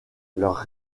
leurs